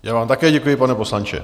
Já vám také děkuji, pane poslanče.